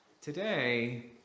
Today